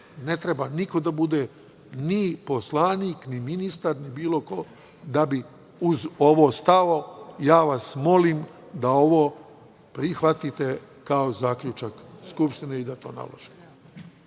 ne treba niko da bude ni poslanik, ni ministar, niti bili ko, da bi uz ovo stao. Molim vas da ovo prihvatite kao zaključak Skupštine i da to naložite.